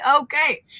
okay